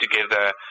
together